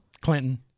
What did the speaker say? clinton